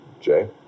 Jay